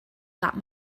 that